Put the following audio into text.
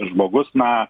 žmogus na